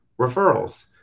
Referrals